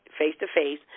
face-to-face